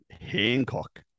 Hancock